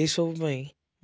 ଏଇସବୁ ପାଇଁ